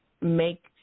make